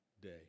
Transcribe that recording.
day